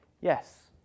Yes